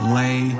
lay